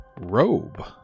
robe